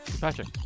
patrick